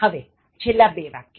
હવે છેલ્લા બે વાક્ય